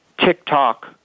TikTok